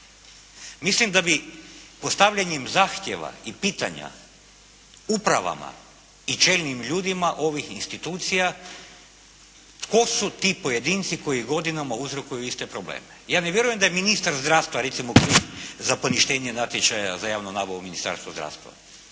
mislim da bi postavljanjem zahtjeva i pitanja upravama i čelnim ljudima ovih institucija tko su ti pojedinci koji godinama uzrokuju iste probleme. Ja ne vjerujem da je ministar zdravstva recimo kriv za poništenje natječaja za javnu nabavu Ministarstva zdravstva.